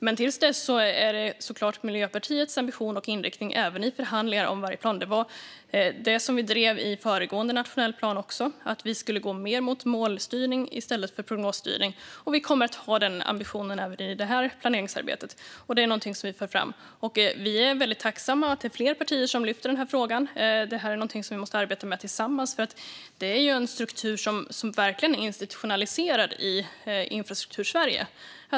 Men till dess är såklart Miljöpartiets ambition och inriktning, även i förhandlingar om varje plan, att vi ska gå mot mer målstyrning i stället för prognosstyrning. Det var det som vi drev inför föregående nationell plan också. Vi kommer att ha den ambitionen även i det här planeringsarbetet. Det är någonting som vi för fram. Vi är väldigt tacksamma att det är fler partier som lyfter den här frågan. Detta är någonting som vi måste arbeta med tillsammans, för det är en struktur som verkligen är institutionaliserad i Infrastruktursverige.